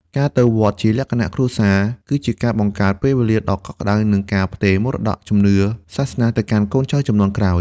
ការទៅវត្តជាលក្ខណៈគ្រួសារ គឺជាការបង្កើតពេលវេលាដ៏កក់ក្តៅ និងការផ្ទេរមរតកជំនឿសាសនាទៅកាន់កូនចៅជំនាន់ក្រោយ។